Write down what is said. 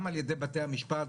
גם על ידי בתי המשפט,